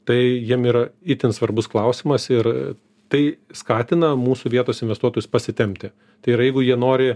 tai jiem yra itin svarbus klausimas ir tai skatina mūsų vietos investuotus pasitempti tai yra jeigu jie nori